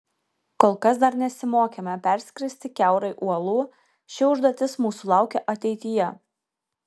kol kas dar nesimokėme perskristi kiaurai uolų ši užduotis mūsų laukia ateityje